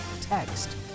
Text